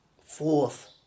fourth